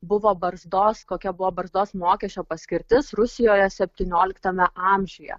buvo barzdos kokia buvo barzdos mokesčio paskirtis rusijoje septynioliktame amžiuje